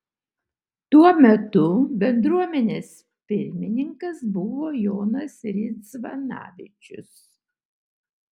tuo metu bendruomenės pirmininkas buvo jonas ridzvanavičius